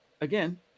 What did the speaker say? again